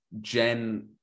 Jen